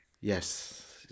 Yes